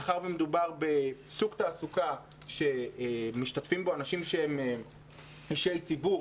מאחר שמדובר בסוג תעסוקה שמשתתפים בו אנשים שהם אנשי ציבור,